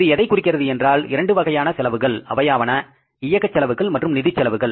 இது எதைக் குறிக்கிறது என்றால் இரண்டு வகையான செலவுகள் அவையாவன இயக்கச் செலவுகள் மற்றும் நிதி செலவுகள்